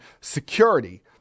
security